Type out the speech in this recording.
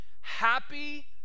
Happy